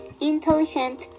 intelligent